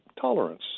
tolerance